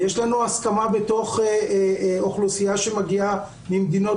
יש לנו הסכמה בתוך אוכלוסייה שמגיעה ממדינות